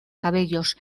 cabellos